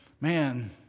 Man